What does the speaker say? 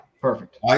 perfect